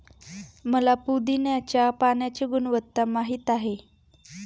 मला पुदीन्याच्या पाण्याची गुणवत्ता माहित आहे